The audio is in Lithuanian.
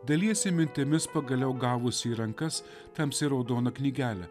dalijasi mintimis pagaliau gavusi į rankas tamsiai raudoną knygelę